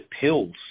pills